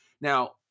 Now